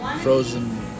frozen